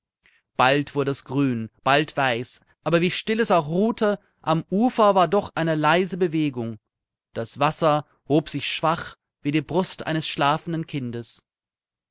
bald wurde es grün bald weiß aber wie still es auch ruhte am ufer war doch eine leise bewegung das wasser hob sich schwach wie die brust eines schlafenden kindes